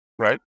Right